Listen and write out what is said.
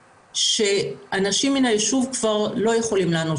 נניח שאנחנו עובדים באתר אסקפיפל לצורך העניין